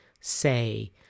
say